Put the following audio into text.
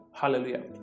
Hallelujah